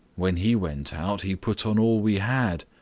when he went out he put on all we had,